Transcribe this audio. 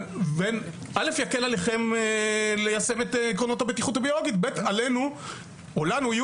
זה יקל עליהם ליישם את עקרונות הבטיחות הביולוגית ולנו יהיו